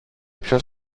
πιο